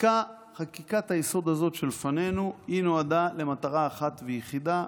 חקיקת-היסוד הזאת שלפנינו נועדה למטרה אחת ויחידה,